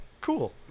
cool